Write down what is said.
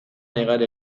negar